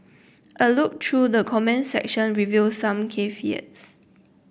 a look through the comments section revealed some caveat its